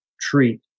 treat